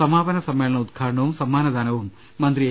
സമാ പന സമ്മേളന ഉദ്ഘാടനവും സമ്മാനദാനവും മന്ത്രി എ